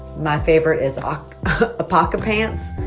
my favorite is um apoca-pants.